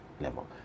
level